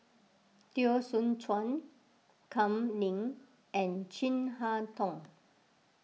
Teo Soon Chuan Kam Ning and Chin Harn Tong